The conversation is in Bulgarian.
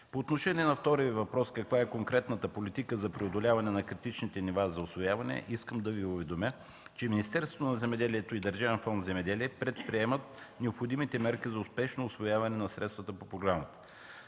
По отношение на втория Ви въпрос – каква е конкретната политика за преодоляване на критичните нива за усвояване, искам да Ви уведомя, че Министерството на земеделието и Държавен фонд „Земеделие” предприемат необходимите мерки за успешно усвояване на средствата по програмата.